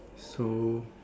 so